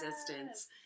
existence